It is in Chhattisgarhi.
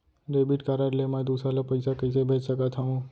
डेबिट कारड ले मैं दूसर ला पइसा कइसे भेज सकत हओं?